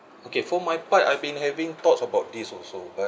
okay for my part I've been having thoughts about this also but